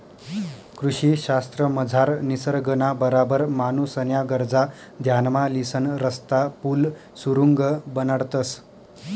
कृषी शास्त्रमझार निसर्गना बराबर माणूसन्या गरजा ध्यानमा लिसन रस्ता, पुल, सुरुंग बनाडतंस